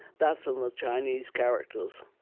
that's in the chinese characters.